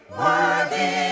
worthy